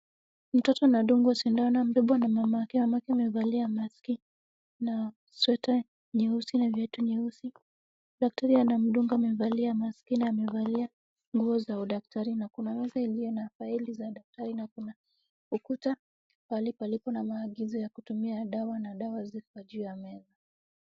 Mtoto anadungwa sindano, amebebwa na mamake. Mamake amevalia maski na sweater nyeusi na viatu nyeusi. Daktari amemdunga, amevalia maski na amevalia nguo za udaktari na kuna meza iliyo na faili za daktari na kuna ukuta, pahali palipo na maagizo ya kutumia dawa na dawa ziko juu ya meza.